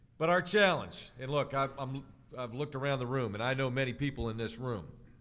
but our challenge, and look, i've um i've looked around the room and i know many people in this room.